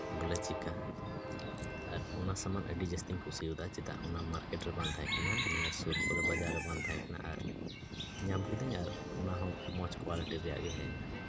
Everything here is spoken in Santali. ᱵᱚᱞᱮ ᱪᱤᱠᱟ ᱟᱨ ᱚᱱᱟ ᱥᱟᱢᱟᱱ ᱟᱹᱰᱤ ᱡᱟᱹᱥᱛᱤᱧ ᱠᱩᱥᱤᱭᱟᱫᱟ ᱪᱮᱫᱟᱜ ᱚᱱᱟ ᱢᱟᱨᱠᱮᱴ ᱵᱟᱝ ᱛᱟᱦᱮᱸ ᱠᱟᱱᱟ ᱱᱚᱣᱟ ᱥᱩᱨ ᱠᱚᱨᱮᱜ ᱵᱟᱡᱟᱨ ᱨᱮ ᱵᱟᱝ ᱛᱟᱦᱮᱸ ᱠᱟᱱᱟ ᱟᱨ ᱧᱟᱢ ᱠᱮᱫᱟᱧ ᱟᱨ ᱚᱱᱟ ᱦᱚᱸ ᱢᱚᱡᱽ ᱠᱚᱣᱟᱞᱤᱴᱤ ᱨᱮᱱᱟᱜ ᱜᱮ ᱦᱮᱡ ᱮᱱᱟ